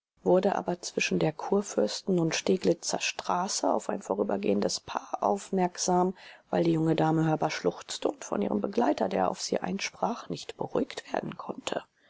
wurde aber zwischen der kurfürsten und steglitzer straße auf ein vorübergehendes paar aufmerksam weil die junge dame hörbar schluchzte und von ihrem begleiter der auf sie einsprach nicht beruhigt werden konnte